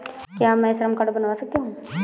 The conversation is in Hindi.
क्या मैं श्रम कार्ड बनवा सकती हूँ?